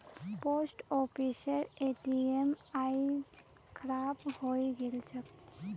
post ऑफिसेर ATM आइज खराब हइ गेल छ